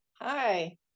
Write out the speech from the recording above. Hi